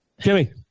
Jimmy